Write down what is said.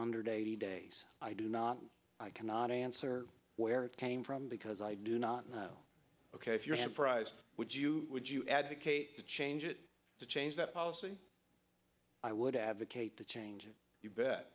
hundred eighty days i do not i cannot answer where it came from because i do not know ok if your hand fries would you would you advocate to change it to change that policy i would advocate the change you bet